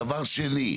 דבר שני,